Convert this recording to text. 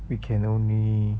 we can only